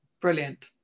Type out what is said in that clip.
Brilliant